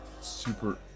super